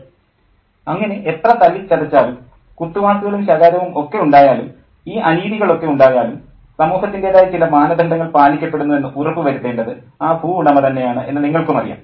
professor അങ്ങനെ എത്ര തല്ലിച്ചതച്ചാലും കുത്തുവാക്കുകളും ശകാരവും ഒക്കെ ഉണ്ടായാലും ഈ അനീതികളൊക്കെ ഉണ്ടായാലും സമൂഹത്തിൻ്റേതായ ചില മാനദണ്ഡങ്ങൾ പാലിക്കപ്പെടുന്നു എന്ന് ഉറപ്പ് വരുത്തേണ്ടത് ആ ഭൂവുടമ തന്നെയാണ് എന്ന് നിങ്ങൾക്കുമറിയാം